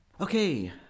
Okay